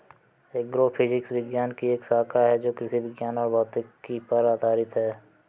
agrophysics विज्ञान की एक शाखा है जो कृषि विज्ञान और भौतिकी पर आधारित है